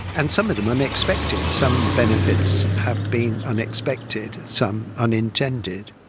and some of them unexpected, some benefits have been unexpected, some unintended.